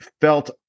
felt